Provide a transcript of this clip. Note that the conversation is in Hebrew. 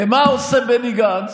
ומה עושה בני גנץ?